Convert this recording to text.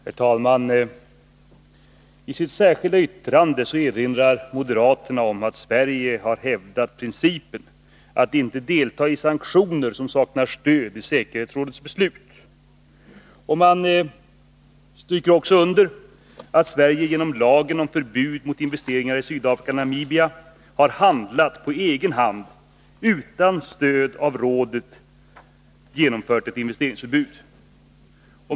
Herr talman! I sitt särskilda yttrande erinrar moderaterna om att Sverige har hävdat principen att inte delta i sanktioner som saknar stöd i säkerhetsrådets beslut. Man stryker också under att Sverige genom lagen om förbud mot investeringar i Sydafrika och Namibia har handlat på egen hand. Sverige har utan stöd av rådet genomfört ett investeringsförbud.